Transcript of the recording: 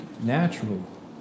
natural